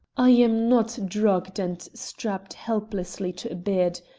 i am not drugged and strapped helplessly to a bed.